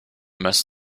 must